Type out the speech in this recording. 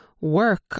work